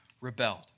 rebelled